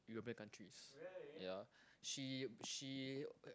European countries ya she she